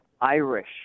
Irish